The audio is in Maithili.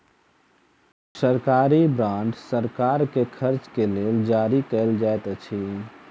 सरकारी बांड सरकार के खर्च के लेल जारी कयल जाइत अछि